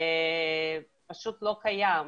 פשוט לא קיים,